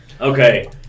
Okay